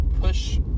push